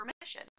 permission